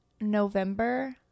November